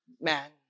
man